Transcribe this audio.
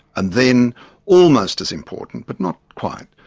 and then almost as important, but not quite,